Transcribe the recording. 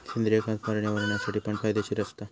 सेंद्रिय खत पर्यावरणासाठी पण फायदेशीर असता